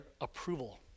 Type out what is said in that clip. approval